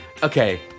Okay